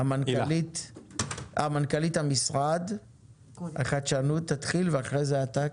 מנכ"לית המשרד לחדשנות תתחיל ואחרי זה עמי אפלבאום.